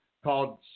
called